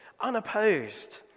unopposed